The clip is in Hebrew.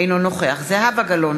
אינו נוכח זהבה גלאון,